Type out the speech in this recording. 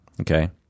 okay